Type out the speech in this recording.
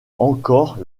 encore